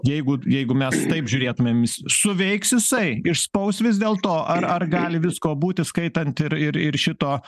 jeigu jeigu mes taip žiūrėtumėm suveiks jisai išspaus vis dėlto ar ar gali visko būti įskaitant ir ir šito